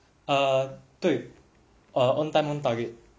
err 对 err own time own target